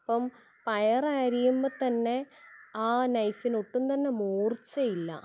അപ്പം പയറ് അരിയുമ്പം തന്നെ ആ നൈഫിനൊട്ടും തന്നെ മൂർച്ചയില്ല